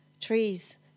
Trees